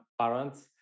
parents